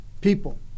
people